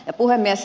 puhemies